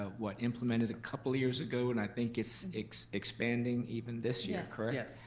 ah what, implemented a couple years ago, and i think is expanding even this year, correct? yes.